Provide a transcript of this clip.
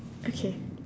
okay